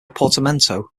portmanteau